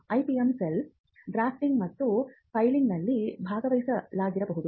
IPM cell drafting ಮತ್ತು ಫೈಲಿಂಗ್ನಲ್ಲಿ ಭಾಗಿಯಾಗಿಲ್ಲದಿರಬಹುದು